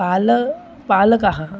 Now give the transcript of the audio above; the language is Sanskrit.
पाल पालकः